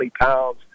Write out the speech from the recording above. pounds